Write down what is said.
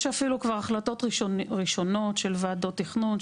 יש אפילו החלטות ראשונות של ועדות תכנון,